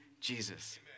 Jesus